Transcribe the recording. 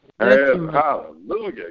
Hallelujah